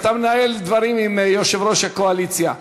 אתה מנהל דברים עם יושב-ראש הקואליציה.